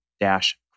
dash